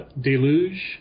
Deluge